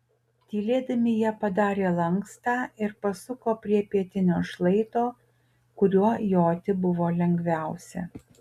tylėdami jie padarė lankstą ir pasuko prie pietinio šlaito kuriuo joti buvo lengviausia